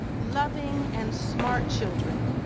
loving and smart children.